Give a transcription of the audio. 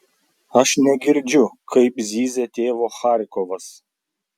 aš negirdžiu kaip zyzia tėvo charkovas